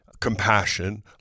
compassion